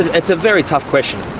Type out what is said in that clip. it's a very tough question.